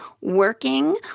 working